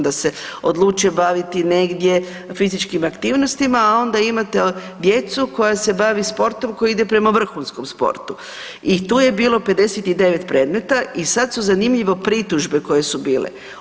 Da se odlučio baviti negdje fizičkim aktivnostima, a onda imate djecu koja se bave sportom koji ide prema vrhunskom sportu i tu je bilo 59 predmet i sada su zanimljivo pritužbe koje su bile.